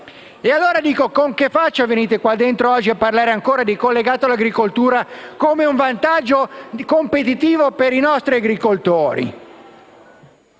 E, allora, con che faccia venite a parlare di collegato all'agricoltura come un vantaggio competitivo per i nostri agricoltori?